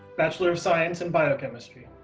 bachelor of science in biochemistry.